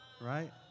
right